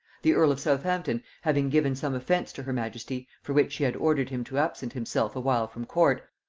the earl of southampton having given some offence to her majesty for which she had ordered him to absent himself awhile from court,